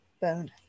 bone